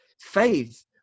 faith